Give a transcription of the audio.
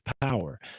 power